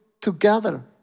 together